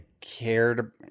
cared –